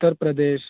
Uttar Pradesh